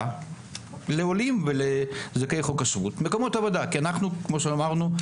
לעולים ולזכאי חוק השבות כי כמו שאמרנו,